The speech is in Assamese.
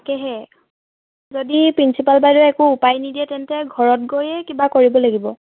তাকেহে যদি প্ৰিঞ্চিপাল বাইদেৱে একো উপায় নিদিয়ে তেন্তে ঘৰত গৈয়ে কিবা কৰিব লাগিব